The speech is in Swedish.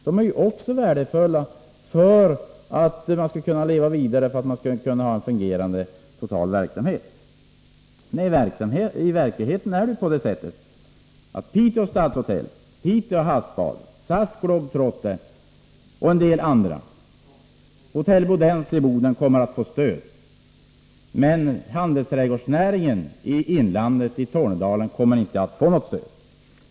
De är ju också värdefulla för att man skall kunna leva vidare och ha en fungerande total verksamhet. I verkligheten är det på det sättet att Piteå Stadshotell, Pite-Havsbad, SAS Globetrotter och Hotell Bodensia i Boden kommer att få stöd, medan handelsträdgårdsnäringen i Tornedalen inte kommer att få något stöd.